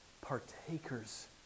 partakers